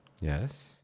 Yes